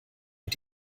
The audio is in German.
mit